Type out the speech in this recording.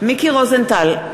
מיקי רוזנטל,